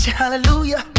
hallelujah